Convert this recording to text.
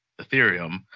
Ethereum